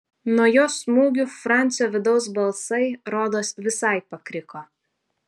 nuo jo smūgių francio vidaus balsai rodos visai pakriko